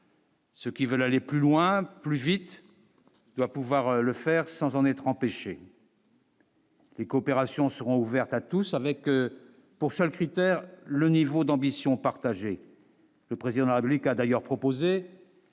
Ceux qui veulent aller plus loin, plus vite, doit pouvoir le faire sans en être en pêcher. Les coopérations seront ouvertes à tous, avec pour seul critère, le niveau d'ambition partagée. Le président de la République a d'ailleurs proposé.